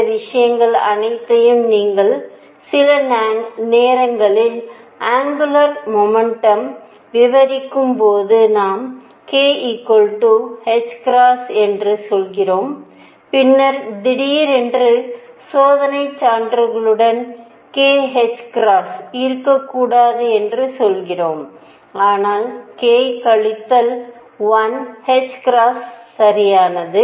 இந்த விஷயங்கள் அனைத்தையும் நீங்கள் சில நேரங்களில் ஆங்குலர் முமெண்டம் விவரிக்கும் போது நாம் k என்று சொல்கிறோம் பின்னர் திடீரென்று சோதனைச் சான்றுகளுடன் k இருக்கக்கூடாது என்று சொல்கிறோம் ஆனால் k கழித்தல் 1 சரியானது